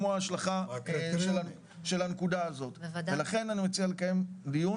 כמו ההשלכה של הנקודה הזאת ולכן אני מציע לקיים דיון